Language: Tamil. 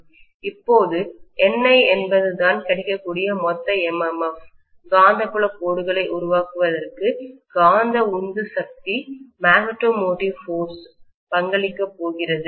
இப்போது NI என்பதுதான் கிடைக்கக்கூடிய மொத்த MMF காந்தப்புலக் கோடுகளை உருவாக்குவதற்கு காந்த உந்து சக்திமேக்னட்டோ மோட்டிவ் ஃபோர்ஸ் பங்களிக்கப் போகிறது